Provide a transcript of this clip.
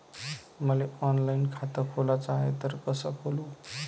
मले ऑनलाईन खातं खोलाचं हाय तर कस खोलू?